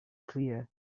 clear